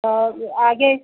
अब आगे